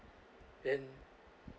then